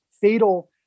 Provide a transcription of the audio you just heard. fatal